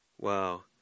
Wow